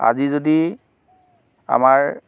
আজি যদি আমাৰ